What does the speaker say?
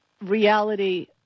reality